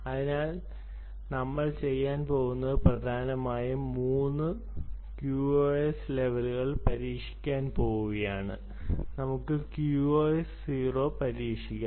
അതിനാൽ നമ്മൾ ചെയ്യാൻ പോകുന്നത് പ്രധാനമായും മൂന്ന് QoS ലെവലുകൾ പരീക്ഷിക്കാൻ പോകുകയാണ് നമുക്ക് QoS 0 പരീക്ഷിക്കാം